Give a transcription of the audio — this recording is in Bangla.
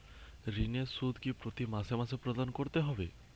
ঋণের সুদ কি প্রতি মাসে মাসে প্রদান করতে হবে?